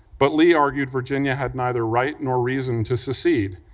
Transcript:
but lee argued virginia had neither right nor reason to secede,